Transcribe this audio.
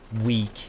weak